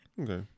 Okay